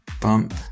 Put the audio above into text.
bump